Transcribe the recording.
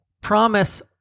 promise